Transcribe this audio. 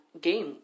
game